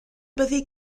byddi